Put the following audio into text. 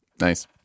Nice